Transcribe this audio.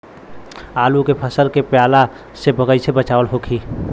आलू के फसल के पाला से कइसे बचाव होखि?